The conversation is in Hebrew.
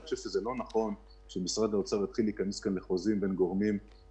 אני חושב שזה לא נכון שמשרד האוצר יתחיל להיכנס לחוזים בין גורמים במשק,